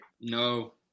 no